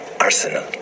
Arsenal